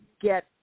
get